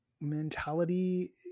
mentality